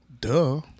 Duh